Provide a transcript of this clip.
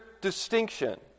distinction